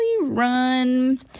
run